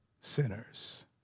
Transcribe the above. sinners